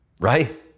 Right